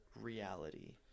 Reality